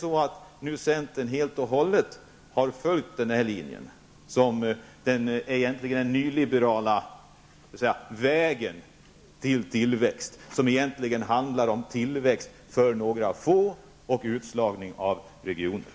Har centern helt och fullt valt denna väg, som egentligen är den nyliberala vägen till tillväxt och som egentligen handlar om tillväxt på några håll och utslagning på andra?